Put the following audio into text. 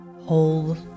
Hold